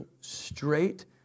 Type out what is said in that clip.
straight